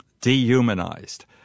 dehumanized